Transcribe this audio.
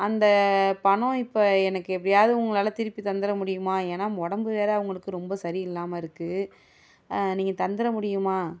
அந்த பணம் இப்போ எனக்கு எப்படியாவது உங்களால் திருப்பி தந்துட முடியுமா ஏன்னால் உடம்பு வேறு அவங்களுக்கு ரொம்ப சரியில்லாமல் இருக்குது நீங்கள் தந்துட முடியுமா